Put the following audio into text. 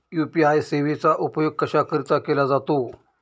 UPI सेवेचा उपयोग कशाकरीता केला जातो?